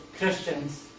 Christians